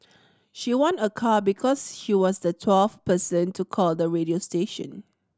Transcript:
she won a car because she was the twelfth person to call the radio station